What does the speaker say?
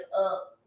up